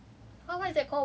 err apa get